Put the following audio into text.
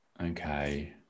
Okay